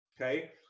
okay